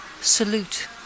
Salute